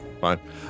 fine